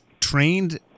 trained